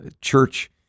church